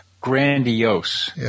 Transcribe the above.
grandiose